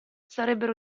sarebbero